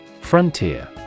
Frontier